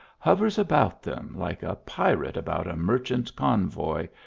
hovers about them, like a pirate about a merchant convoy,